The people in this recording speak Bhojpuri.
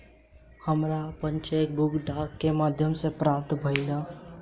हमरा आपन चेक बुक डाक के माध्यम से प्राप्त भइल ह